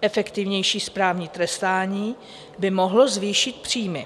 efektivnější správní trestání by mohlo zvýšit příjmy.